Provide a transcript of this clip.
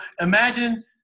imagine